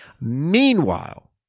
Meanwhile